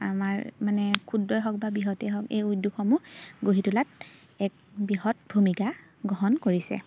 আমাৰ মানে ক্ষুদ্ৰই হওক বা বৃহতেই হওক এই উদ্যোগসমূহ গঢ়ি তোলাত এক বৃহৎ ভূমিকা গ্ৰহণ কৰিছে